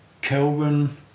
Kelvin